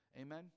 Amen